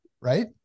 right